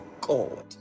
God